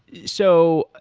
so